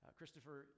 Christopher